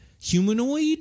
humanoid